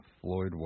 Floyd